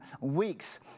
weeks